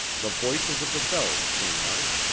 the voices of the bells sing out,